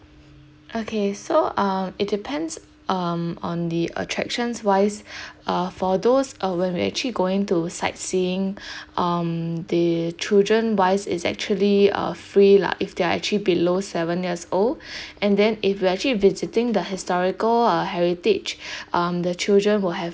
okay so um it depends um on the attractions wise uh for those uh when we actually going to sightseeing um the children wise is actually uh free lah if they're actually below seven years old and then if you're actually visiting the historical uh heritage um the children will have